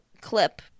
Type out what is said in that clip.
clip